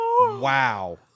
wow